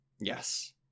yes